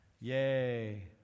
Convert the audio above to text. Yay